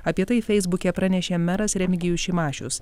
apie tai feisbuke pranešė meras remigijus šimašius